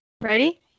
Ready